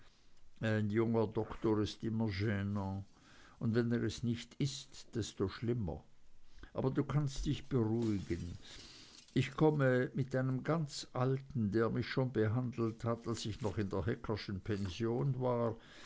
ein junger doktor ist immer genant und wenn er es nicht ist desto schlimmer aber du kannst dich beruhigen ich komme mit einem ganz alten der mich schon behandelt hat als ich noch in der heckerschen pension war